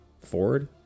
Ford